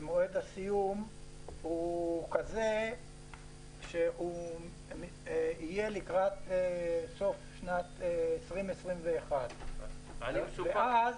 ומועד הסיום יהיה לקראת סוף שנת 2021. אני מסופק --- ואז